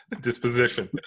disposition